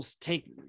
take